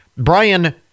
Brian